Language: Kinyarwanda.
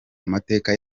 amateka